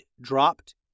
dropped